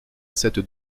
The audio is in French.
cette